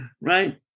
right